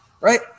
right